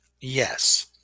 Yes